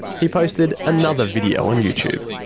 he posted another video on youtube.